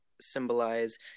symbolize